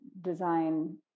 design